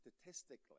statistically